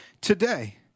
today